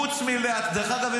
דרך אגב,